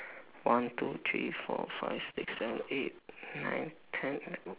one two three four five six seven eight nine ten elev~